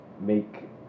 make